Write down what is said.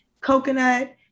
Coconut